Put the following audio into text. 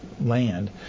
land